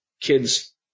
kids